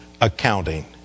accounting